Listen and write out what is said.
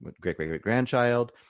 great-great-great-grandchild